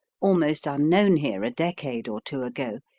almost unknown here a decade or two ago,